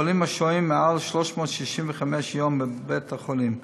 חולים השוהים מעל 365 יום בבית החולים.